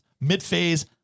mid-phase